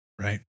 Right